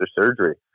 surgery